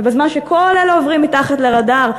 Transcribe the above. ובזמן שכל אלה עוברים מתחת לרדאר,